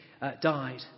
died